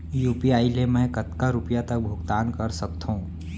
UPI ले मैं कतका रुपिया तक भुगतान कर सकथों